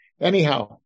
anyhow